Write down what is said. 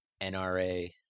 NRA